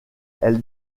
elle